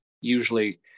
usually